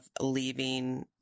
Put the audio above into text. leaving